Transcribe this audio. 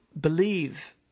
believe